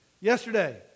yesterday